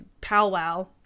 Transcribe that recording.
powwow